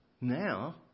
Now